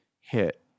hit